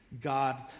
God